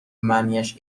معنیاش